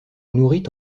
nourrit